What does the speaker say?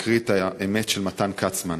אקריא את האמת של מתן כצמן: